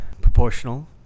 Proportional